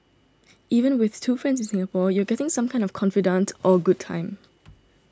even with two friends in Singapore you're getting some kind of a confidante or a good time